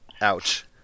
ouch